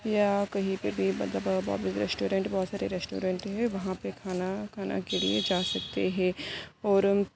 یا کہیں پہ بھی مطلب نارمل ریسٹورینٹ بہت سارے ریسٹورینٹ ہیں وہاں پہ کھانا کھانا کے لیے جا سکتے ہے اور